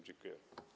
Dziękuję.